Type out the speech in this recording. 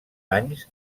anys